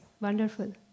Wonderful